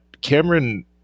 Cameron